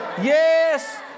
Yes